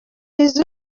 les